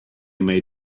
may